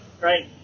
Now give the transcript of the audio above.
right